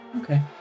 Okay